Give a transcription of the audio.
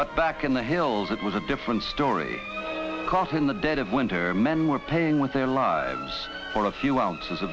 but back in the hills it was a different story caught in the dead of winter men were paying with their lives for a few ounces